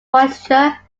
moisture